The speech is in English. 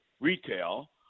Retail